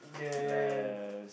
like